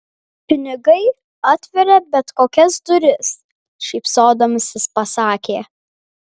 pinigai atveria bet kokias duris šypsodamasis pasakė